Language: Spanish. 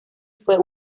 fue